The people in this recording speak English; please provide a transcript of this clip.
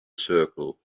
circle